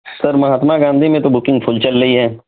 سر مہاتما گاندھی میں تو booking full چل رہی ہے